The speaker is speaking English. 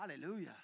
Hallelujah